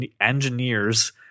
engineers